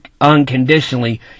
unconditionally